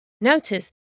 Notice